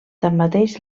tanmateix